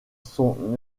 son